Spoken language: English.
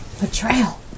Betrayal